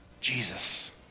Jesus